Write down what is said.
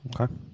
Okay